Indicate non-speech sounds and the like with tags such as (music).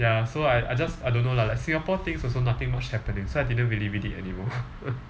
ya so I I just I don't know lah like singapore things also nothing much happening so I didn't really read it anymore (laughs)